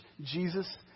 Jesus